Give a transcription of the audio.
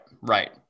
right